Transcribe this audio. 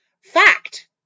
Fact